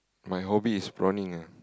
my hobby is prawning ah